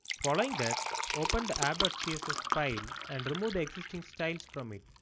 following that open the app but css file and remove the existing styles from it.